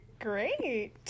great